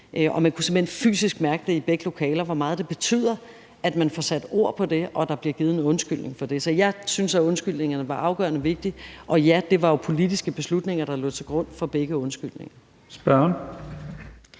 i begge lokaler, hvor meget det betyder, at der bliver sat ord på det, og at der bliver givet en undskyldning for det. Så jeg synes, at undskyldningerne var afgørende vigtige. Og ja, det var jo politiske beslutninger, der lå til grund for begge undskyldninger.